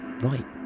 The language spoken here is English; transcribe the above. right